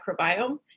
microbiome